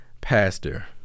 pastor